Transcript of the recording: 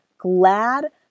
glad